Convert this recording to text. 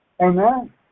Amen